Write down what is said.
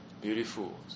beautiful